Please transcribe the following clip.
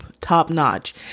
top-notch